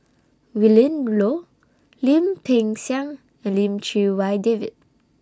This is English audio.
Willin Low Lim Peng Siang and Lim Chee Wai David